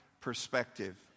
perspective